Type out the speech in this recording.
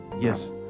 Yes